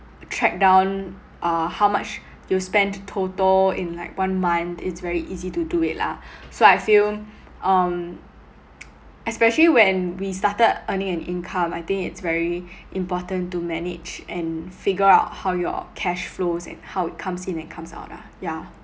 track down uh how much you spent total in like one month it's very easy to do it lah so I feel um especially when we started earning an income I think it's very important to manage and figure out how your cash flows and how it comes in and comes out ah yeah